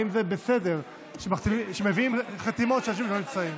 זה בסדר שמביאים חתימות של אנשים שלא נמצאים.